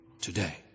today